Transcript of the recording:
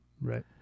Right